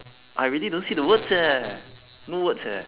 I really don't see the words eh no words eh